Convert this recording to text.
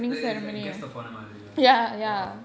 like like like guest of honor போனமாதிரியா:pona mathiriya !wow!